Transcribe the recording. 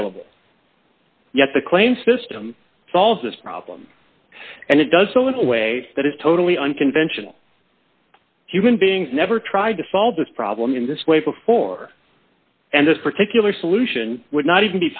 available yet the claim system solves this problem and it does so little way that is totally unconventional human beings never tried to solve this problem in this way before and this particular solution would not even